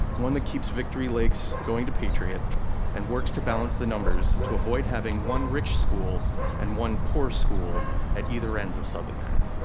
one that keeps victory lakes going to patriot and works to balance the numbers to avoid having one rich school and one poor school at either ends of sudley manor.